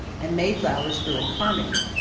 and mayflowers grew in carmody,